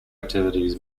activities